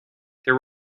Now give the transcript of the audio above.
there